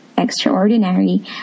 extraordinary